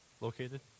located